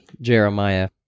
Jeremiah